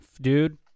Dude